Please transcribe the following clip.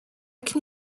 can